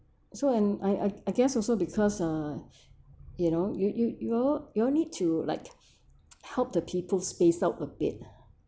so and I I guess also because uh you know you you you you all need to like help the people spaced out a bit ah